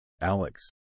Alex